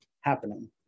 happening